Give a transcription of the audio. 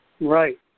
Right